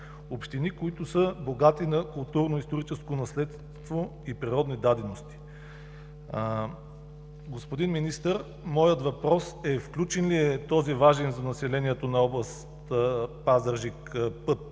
общини, които са богати на културно историческо наследство и природни дадености. Господин Министър, моят въпрос е: включен ли е този важен за населението на Област Пазарджик път